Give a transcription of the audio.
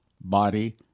body